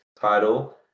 title